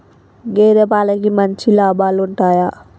గేదే పాలకి మంచి లాభాలు ఉంటయా?